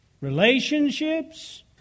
Relationships